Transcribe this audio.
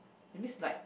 that means like